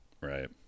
Right